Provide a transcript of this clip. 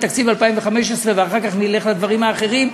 תקציב 2015 ואחר כך נלך לדברים אחרים,